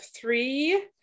three